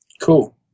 Cool